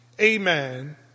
amen